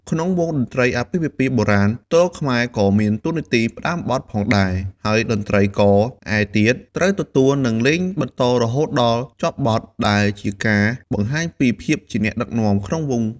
ក្នុងវង់តន្ត្រីអាពាហ៍ពិពាហ៍បុរាណ ទ្រខ្មែរក៏មានតួនាទីផ្តើមបទផងដែរ ហើយតន្ត្រីករឯទៀតត្រូវទទួលនិងលេងបន្តរហូតដល់ចប់បទដែលជាការបង្ហាញពីភាពជាអ្នកដឹកនាំក្នុងវង់។